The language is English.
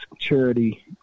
charity